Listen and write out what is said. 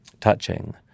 touching